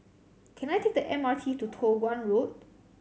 can I take the M R T to Toh Guan Road